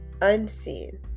unseen